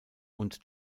und